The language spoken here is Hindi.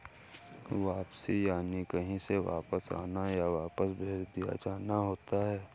वापसी यानि कहीं से वापस आना, या वापस भेज दिया जाना होता है